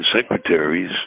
secretaries